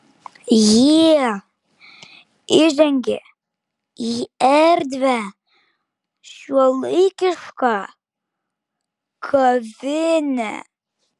jie įžengė į erdvią šiuolaikišką kavinę